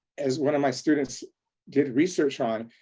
as one of my students did research on,